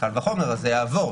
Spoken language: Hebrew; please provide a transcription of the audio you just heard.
קל וחומר, זה יעבור.